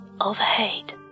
overhead